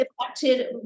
affected